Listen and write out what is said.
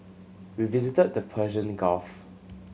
we visited the Persian Gulf